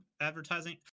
advertising